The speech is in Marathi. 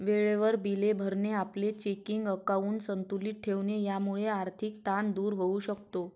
वेळेवर बिले भरणे, आपले चेकिंग अकाउंट संतुलित ठेवणे यामुळे आर्थिक ताण दूर होऊ शकतो